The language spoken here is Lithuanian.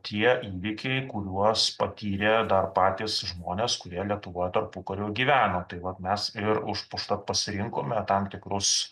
tie įvykiai kuriuos patyrė dar patys žmonės kurie lietuvoje tarpukariu gyveno tai vat mes ir už užtat pasirinkome tam tikrus